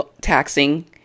taxing